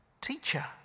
Teacher